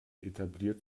etabliert